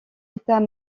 états